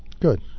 Good